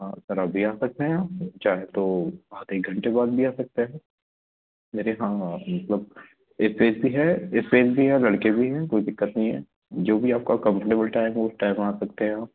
हाँ सर अभी आ सकते हैं आप चाहें तो आधे एक घंटे बाद भी आ सकते हैं मेरे हाँ मतलब एस्पेस भी है एस्पेस भी है और लड़के भी हैं कोई दिक्क्त नहीं है जो भी आपका कम्फर्टबल टाइम हो उस टाइम आ सकते हैं आप